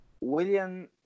William